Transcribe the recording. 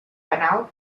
penal